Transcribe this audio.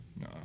No